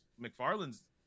McFarland's